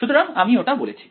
সুতরাং আমি ওটা বলেছি